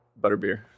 Butterbeer